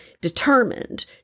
determined